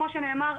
כמו שנאמר,